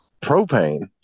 Propane